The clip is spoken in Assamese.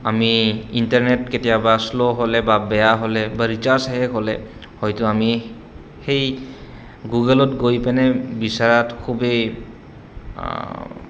আমি ইণ্টাৰনেট কেতিয়াবা শ্ল' হ'লে বা বেয়া হ'লে বা ৰিচাৰ্জ শেষ হ'লে হয়তো আমি সেই গুগলত গৈ পিনে বিচৰাত খুবেই